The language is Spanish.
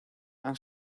han